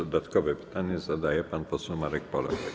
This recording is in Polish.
Dodatkowe pytanie zadaje pan poseł Marek Polak.